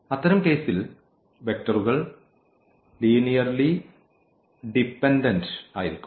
അത്തരം കേസിൽ വെക്റ്ററുകൾ ലീനിയർലി ഡിപെൻഡൻഡ് ആയിരിക്കും